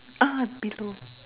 ah be to